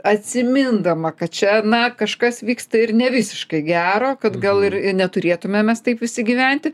atsimindama kad čia na kažkas vyksta ir nevisiškai gero kad gal neturėtume mes taip gyventi